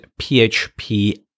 PHP